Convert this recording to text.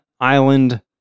Island